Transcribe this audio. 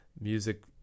music